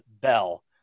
bell